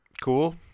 Cool